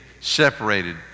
separated